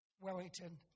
Wellington